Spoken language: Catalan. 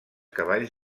cavalls